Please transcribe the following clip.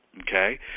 okay